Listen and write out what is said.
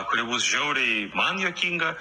kuri bus žiauriai man juokinga